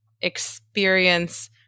experience